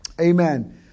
Amen